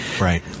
Right